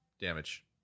damage